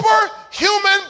superhuman